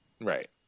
Right